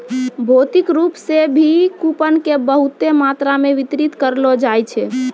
भौतिक रूप से भी कूपन के बहुते मात्रा मे वितरित करलो जाय छै